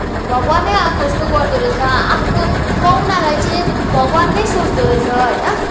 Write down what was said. भगवानै आएको जस्तो गर्दोरहेछ आफ्नो पाहुनालाई चाहिँ भगवान नै सोच्दोरहेछ होइन